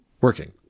working